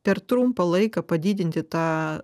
per trumpą laiką padidinti tą